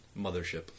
Mothership